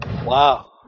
Wow